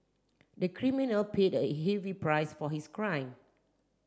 the criminal paid a heavy price for his crime